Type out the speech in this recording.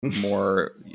more